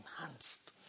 enhanced